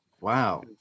Wow